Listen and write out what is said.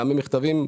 גם במכתבים,